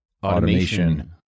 automation